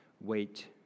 wait